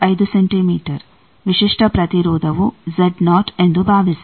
5 centimetre ವಿಶಿಷ್ಟ ಪ್ರತಿರೋಧವು Z0 ಎಂದು ಭಾವಿಸಿ